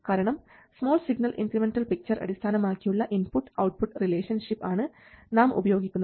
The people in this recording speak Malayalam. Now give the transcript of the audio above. കാരണം സ്മോൾ സിഗ്നൽ ഇൻക്രിമെൻറൽ പിക്ചർ അടിസ്ഥാനമാക്കിയുള്ള ഇൻപുട്ട് ഔട്ട്പുട്ട് റിലേഷൻഷിപ്പ് ആണ് നാം ഉപയോഗിക്കുന്നത്